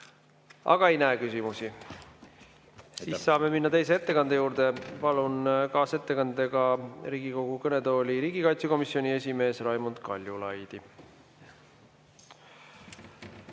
aga ei näe küsimusi. Saame minna teise ettekande juurde. Palun kaasettekandega Riigikogu kõnetooli riigikaitsekomisjoni esimehe Raimond Kaljulaidi.